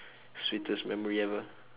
sweetest memory ever